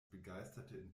begeisterte